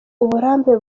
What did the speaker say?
uburambe